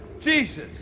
jesus